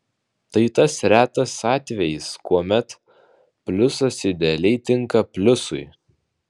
tai tas retas atvejis kuomet pliusas idealiai tinka pliusui